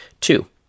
Two